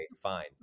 fine